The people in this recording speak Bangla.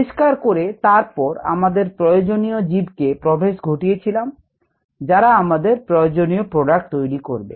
পরিষ্কার করে তারপরে আমাদের প্রয়োজনীয় জীবকে প্রবেশ ঘটিয়েছিলাম যারা আমাদের প্রয়োজনীয় প্রোডাক্ট তৈরি করবে